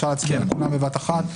אפשר להצביע על כולם בבת אחת.